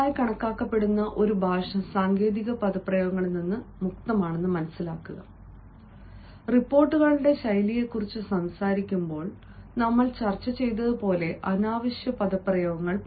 നല്ലതായി കണക്കാക്കപ്പെടുന്ന ഒരു ഭാഷ സാങ്കേതിക പദപ്രയോഗങ്ങളിൽ നിന്ന് മുക്തമാണ് റഫർ സമയം 2945 റിപ്പോർട്ടുകളുടെ ശൈലിയെക്കുറിച്ച് സംസാരിക്കുമ്പോൾ ഞങ്ങൾ ചർച്ച ചെയ്തതുപോലെ അനാവശ്യമായ പദപ്രയോഗങ്ങൾ